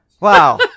Wow